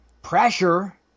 pressure